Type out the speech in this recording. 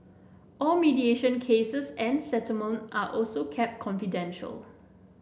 all mediation cases and settlement are also kept confidential